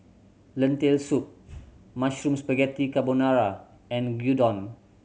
Lentil Soup Mushroom Spaghetti Carbonara and Gyudon